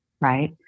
Right